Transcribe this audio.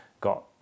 got